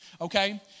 Okay